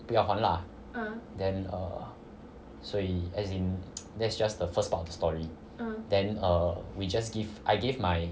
不要还啦 then 所以 as in that's just the first part of the story then err we just give I give my